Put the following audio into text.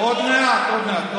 עוד מעט, עוד מעט.